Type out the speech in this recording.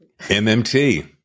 MMT